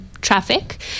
Traffic